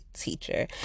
teacher